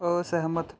ਅਸਹਿਮਤ